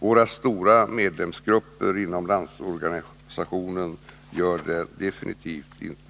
Våra stora medlemsgrupper inom Landsorganisationen gör det definitivt inte.